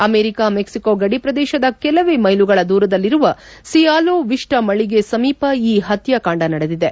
America Mexico ಗಡಿ ಪ್ರದೇಶದ ಕೆಲವೇ ಮೈಲುಗಳ ದೂರದಲ್ಲಿರುವ ಸಿಯಲೋ ವಿಷ್ಣ ಮಳಿಗೆ ಸಮೀಪ ಈ ಪತ್ಸಾಕಾಂಡ ನಡೆದಿದೆ